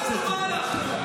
מנאור לנאור,